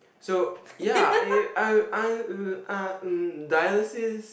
so ya dialysis